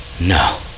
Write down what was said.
No